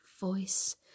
voice